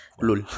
Lul